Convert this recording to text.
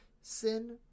sin